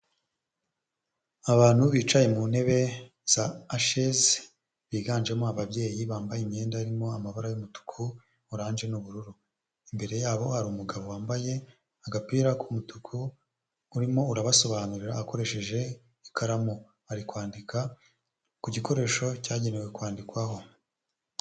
Abantu bicaye mu ntebe z'asheze biganjemo ababyeyi bambaye imyenda irimo amabara y'umutuku, orange, n'ubururu; imbere yabo hari urumu umugabo wambaye agapira k'umutuku urimo urabasobanurira akoresheje ikaramu, ari kwandika ku gikoresho cyagenewe kwandikwaho.